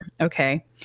Okay